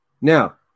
Now